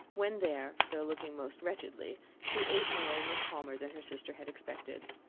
when there, though looking most wretchedly, she ate more and was calmer than her sister had expected.